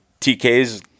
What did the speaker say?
TK's